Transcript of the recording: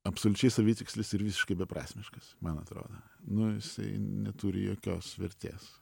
absoliučiai savitikslis ir visiškai beprasmiškas man atrodo nu jisai neturi jokios vertės